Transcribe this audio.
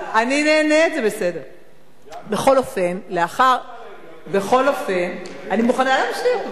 בכל אופן, אני מוכנה להמשיך.